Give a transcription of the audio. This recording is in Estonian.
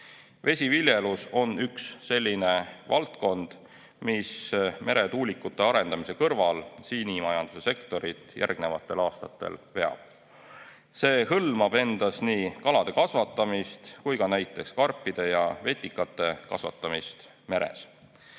Vesiviljelus on üks selline valdkond, mis meretuulikute arendamise kõrval sinimajanduse sektorit järgnevatel aastatel veab. See hõlmab endas nii kalade kasvatamist kui ka näiteks karpide ja vetikate kasvatamist meres.